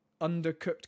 Undercooked